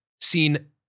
Seen